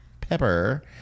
Pepper